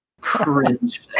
cringe